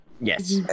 yes